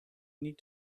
need